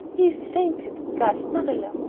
he's fainted, gasped marilla.